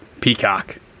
peacock